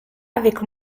avec